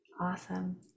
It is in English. Awesome